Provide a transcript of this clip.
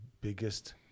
biggest